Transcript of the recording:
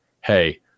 hey